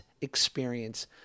experience